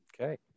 Okay